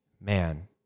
man